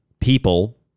people